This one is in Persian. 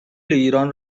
ایران